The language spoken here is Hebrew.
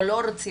או לא רוצים,